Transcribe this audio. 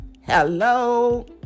Hello